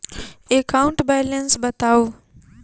account balance बताउ